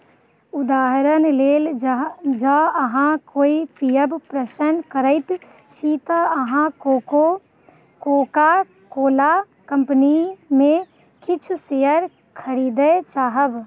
उदाहरण लेल जँ अहाँ कोइ पिअब पसिन्न करैत छी तऽ अहाँ कोको कोका कोला कम्पनीमे किछु शेयर खरिदै चाहब